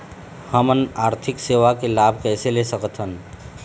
हमन आरथिक सेवा के लाभ कैसे ले सकथन?